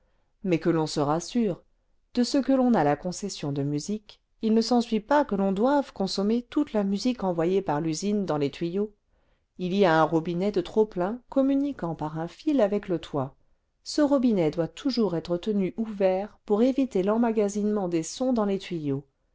mais que l'on se rassure de ce que l'on a la concession de musique il ne s'ensuit pas que l'on doive consommer toute la musique envoyée par l'usine dans les tuyaux il y a un robinet de trop-plein communiquant par un fil avec le toit ce robinet doit toujours être tenu ouvert pour éviter l'emmagasinement des sons dans les tuyaux